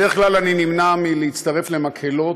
בדרך כלל אני נמנע מלהצטרף למקהלות,